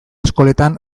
eskoletan